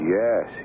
yes